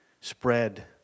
spread